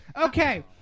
Okay